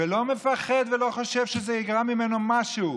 ולא מפחד ולא חושב שזה יגרע ממנו משהו,